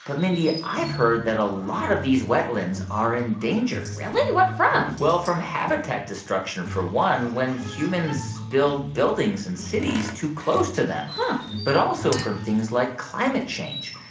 but mindy, i've heard that a lot of these wetlands are in danger really? what from? well, from habitat destruction, for one when humans build buildings and cities too close to them but also from things like climate change,